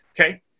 Okay